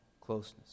closeness